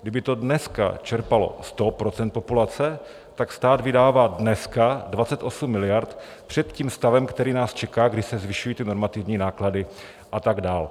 Kdyby to dneska čerpalo 100 % populace, tak stát vydává dneska 28 miliard před tím stavem, který nás čeká, když se zvyšují normativní náklady a tak dál.